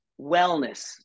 wellness